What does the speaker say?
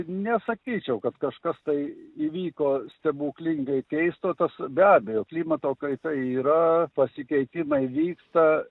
nesakyčiau kad kažkas tai įvyko stebuklingai keisto tas be abejo klimato kaita yra pasikeitimai vyksta